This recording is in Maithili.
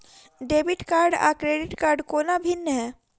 डेबिट कार्ड आ क्रेडिट कोना भिन्न है?